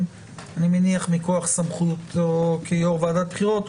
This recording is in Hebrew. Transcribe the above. שמכוח סמכותו כיו"ר ועדת בחירות,